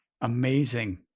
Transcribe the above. Amazing